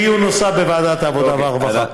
אני תומך בדיון נוסף בוועדת העבודה והרווחה.